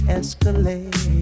escalate